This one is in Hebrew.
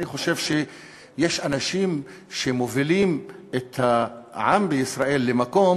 אני חושב שיש אנשים שמובילים את העם בישראל למקום